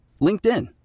LinkedIn